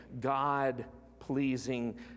God-pleasing